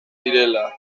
direla